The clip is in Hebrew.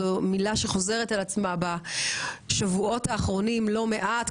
זו מילה שחוזרת על עצמה בשבועות האחרונים לא מעט,